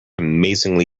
amazingly